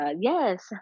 yes